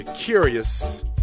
curious